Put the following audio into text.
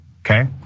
okay